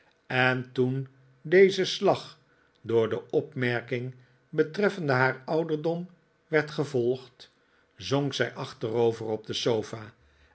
en toen deze slag door de opmerking betreffende haar ouderdom werd gevolgd zonk zij achterover op de sofa